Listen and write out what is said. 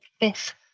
fifth